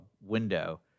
window